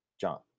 John